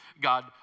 God